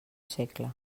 segle